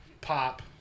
pop